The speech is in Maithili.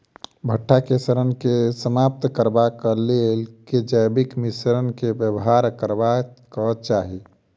भंटा केँ सड़न केँ समाप्त करबाक लेल केँ जैविक मिश्रण केँ व्यवहार करबाक चाहि?